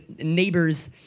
neighbor's